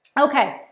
Okay